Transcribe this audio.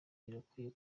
birakwiye